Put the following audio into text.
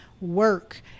work